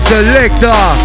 Selector